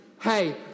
hey